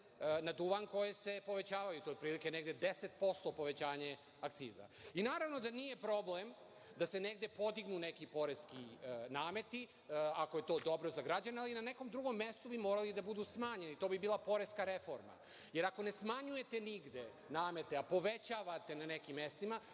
na duvan koje se povećavaju. To je otprilike negde deset posto povećanje akciza. Naravno, da nije problem da se negde podignu neki poreski nameti, ako je to dobro za građane, ali na nekom drugom mestu bi morali da budu smanjeni, to bi bila poreska reforma, jer ako ne smanjujete nigde namete, a povećavate na nekim mestima,